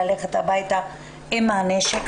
ללכת הביתה עם הנשק,